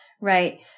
Right